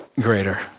greater